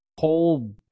whole